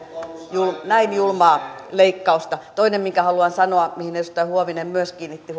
näin julmaa leikkausta toinen minkä haluan sanoa mihin edustaja huovinen myös kiinnitti